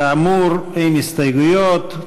כאמור, אין הסתייגויות.